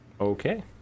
Okay